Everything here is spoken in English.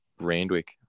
Randwick